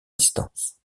distance